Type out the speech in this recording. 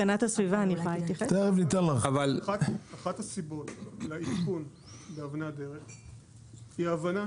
אחת הסיבות לעדכון היא הבנה